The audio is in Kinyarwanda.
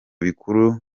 bikuru